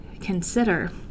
consider